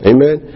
Amen